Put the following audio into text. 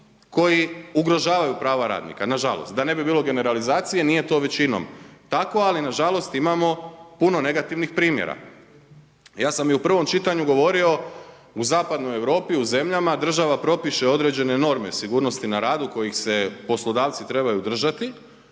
koji ugrožavaju prava radnika, na žalost. Da ne bi bilo generalizacije nije to većinom tako, ali na žalost imamo puno negativnih primjera. Ja sam i u prvom čitanju govorio u zapadnoj Europi, u zemljama, država propiše određene norme sigurnosti na radu kojih se poslodavci trebaju držati